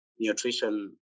nutrition